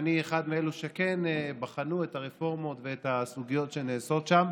ואני אחד מאלו שכן בחנו את הרפורמות ואת הסוגיות שנעשות שם,